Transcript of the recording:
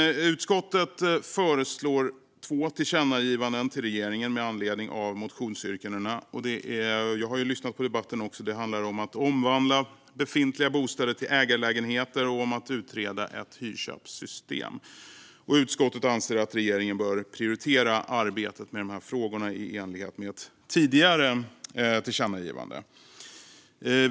Utskottet föreslår två tillkännagivanden till regeringen med anledning av motionsyrkanden. Det handlar om att omvandla befintliga bostäder till ägarlägenheter och om att utreda ett hyrköpssystem. Utskottet anser att regeringen bör prioritera arbetet med dessa frågor i enlighet med ett tidigare tillkännagivande.